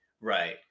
right